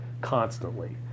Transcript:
constantly